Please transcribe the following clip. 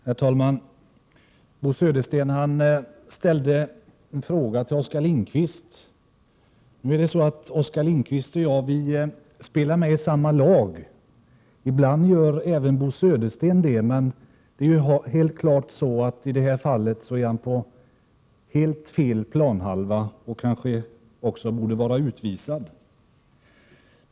Herr talman! Bo Södersten ställde en fråga till Oskar Lindkvist. Oskar Lindkvist och jag spelar med i samma lag - ibland gör även Bo Södersten det, men i det här fallet är han på helt fel planhalva, och kanske han också borde vara utvisad.